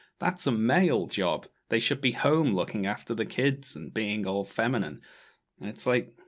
that's a male job! they should be home, looking after the kids, and being all feminine. and it's like.